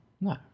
No